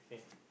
okay